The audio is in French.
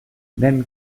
même